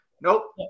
Nope